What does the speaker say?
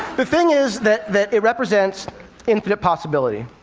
the thing is that that it represents infinite possibility.